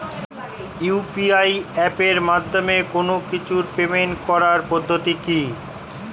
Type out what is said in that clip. UPI এপের মাধ্যমে কোন কিছুর পেমেন্ট করার পদ্ধতি কি?